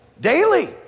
daily